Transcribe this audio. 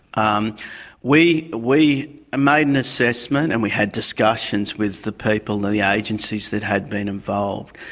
um we we ah made an assessment and we had discussions with the people, the the agencies that had been involved.